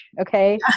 okay